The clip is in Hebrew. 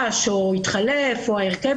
כי הבנו משהו אחר ממה שנאמר על ידי הנהלת בתי המשפט.